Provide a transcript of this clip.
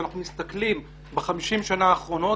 אנחנו מסתכלים ב-50 השנים האחרונות,